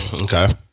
Okay